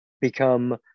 become